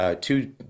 two